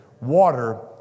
Water